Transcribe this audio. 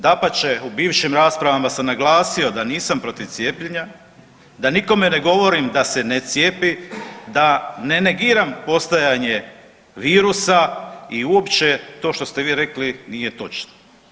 Dapače, u bivšim raspravama sam naglasio da nisam protiv cijepljenja, da nikome ne govorim da se ne cijepi, da ne negiram postojanje virusa i uopće to što ste vi rekli nije točno.